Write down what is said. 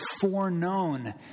foreknown